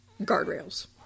guardrails